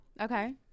Okay